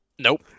Nope